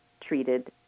treated